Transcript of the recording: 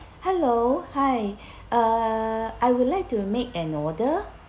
hello hi uh I would like to make an order